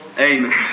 Amen